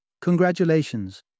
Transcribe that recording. Congratulations